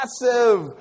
massive